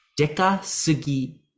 Dekasugi